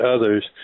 others